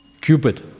Cupid